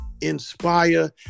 inspire